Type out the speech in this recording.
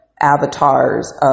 Avatars